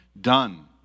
done